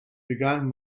began